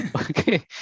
Okay